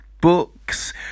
books